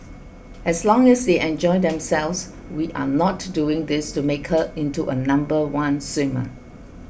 as long as they enjoy themselves we are not doing this to make her into a number one swimmer